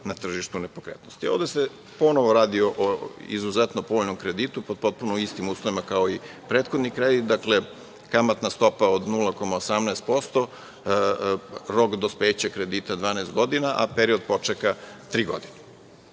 na tržištu nepokretnosti. Ovde se ponovo radi o izuzetno povoljnom kreditu, pod potpuno istim uslovima kao i prethodni kredit. Dakle, kamatna stopa od 0,18%, rok dospeća kredita 12 godina, a period počeka tri